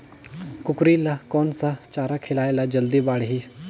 कूकरी ल कोन सा चारा खिलाय ल जल्दी बाड़ही?